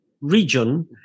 region